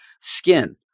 skin